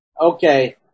Okay